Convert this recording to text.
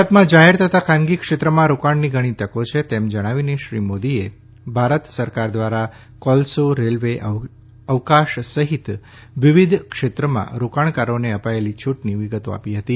ભારતમાં જાહેર તથા ખાનગી ક્ષેત્રમાં રોકાણની ઘણી તકો છે તેમ જણાવીને શ્રી મોદીએ ભારત સરકાર દ્વારા કોલસો રેલ્વે અવકાશ સહિત વિવિધ ક્ષેત્રમાં રોકાણકારોને અપાયેલી છૂટની વિગતો આપી હતી